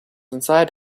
inside